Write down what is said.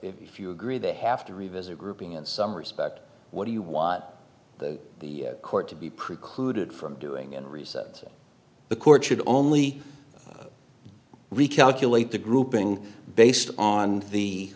if you agree they have to revisit grouping in some respect what do you want the court to be precluded from doing and reset the court should only recalculate the grouping based on the